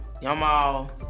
y'all